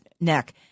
neck